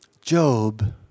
Job